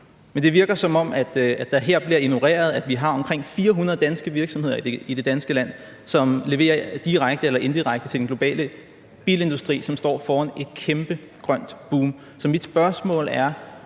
Det virker, som om det her bliver ignoreret, at vi har omkring 400 danske virksomheder i det ganske land, som leverer direkte eller indirekte til den globale bilindustri, som står foran et kæmpe grønt boom. Så mit spørgsmål er